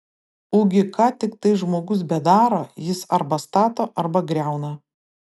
ugi ką tiktai žmogus bedaro jis arba stato arba griauna